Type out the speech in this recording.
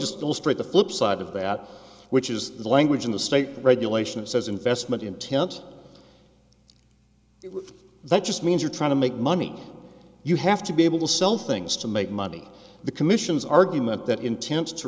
illustrate the flipside of that which is the language in the state regulation it says investment intent that just means you're trying to make money you have to be able to sell things to make money the commissions argument that intends to